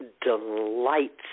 delights